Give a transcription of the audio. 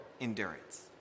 endurance